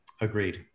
Agreed